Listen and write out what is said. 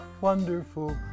wonderful